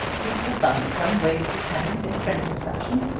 mr. bundercombe waved his hand in friendly fashion.